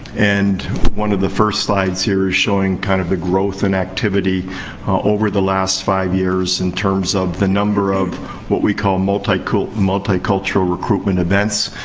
and one of the first slides here is showing kind of the growth in activity over the last five years in terms of the number of what we call multicultural multicultural recruitment events.